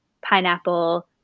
Pineapple